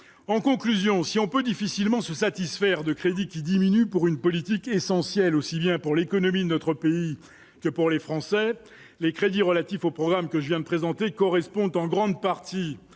en conclusion, si on peut difficilement se satisfaire de crédit qui diminue pour une politique essentiel, aussi bien pour l'économie de notre pays que pour les Français, les crédits relatifs au programme que je viens de présenter correspond en grande partie,